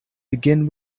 begin